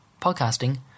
Podcasting